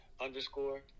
underscore